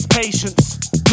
patience